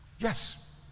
Yes